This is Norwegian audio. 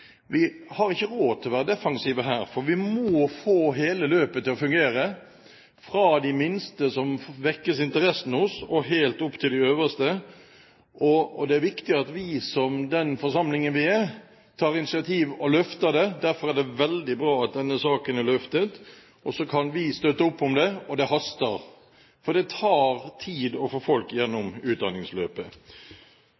Vi har ikke råd til å være defensive her, for vi må få hele løpet til å fungere, fra å vekke interessen hos de minste og helt opp til de største. Det er viktig at vi, som den forsamlingen vi er, tar initiativ og løfter dette. Derfor er det veldig bra at denne saken er løftet, og så kan vi støtte opp om den, og det haster, for det tar tid å få folk